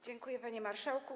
Dziękuję, panie marszałku.